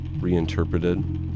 reinterpreted